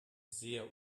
sehr